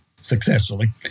successfully